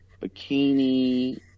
bikini